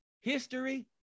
history